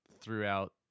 throughout